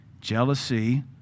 Jealousy